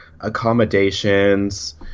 accommodations